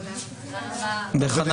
תודה רבה.